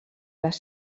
les